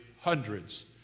hundreds